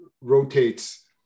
rotates